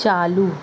چالو